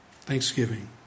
Thanksgiving